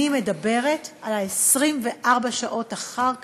אני מדברת על 24 השעות אחר כך,